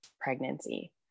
pregnancy